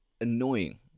annoying